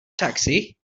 taxi